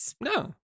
No